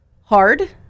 hard